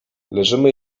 leżymy